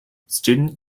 student